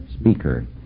speaker